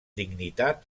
dignitat